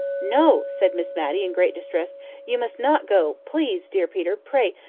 no! said miss matty, in great distress you must not go please, dear peter pray,